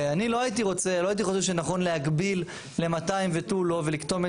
אני לא הייתי חושב שנכון להגביל ל-200 ותו לא ולקטום את